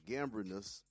Gambrinus